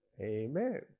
Amen